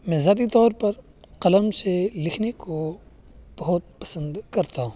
میں ذاتی طور پر قلم سے لکھنے کو بہت پسند کرتا ہوں